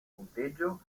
punteggio